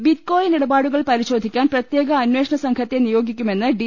bitcoin ഇടപാടുകൾ പരിശോധിക്കാൻ പ്രത്യേക അന്വേഷണസംഘത്തെ നിയോഗിക്കുമെന്ന് ഡി